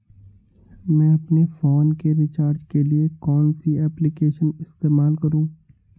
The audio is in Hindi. मैं अपने फोन के रिचार्ज के लिए कौन सी एप्लिकेशन इस्तेमाल करूँ?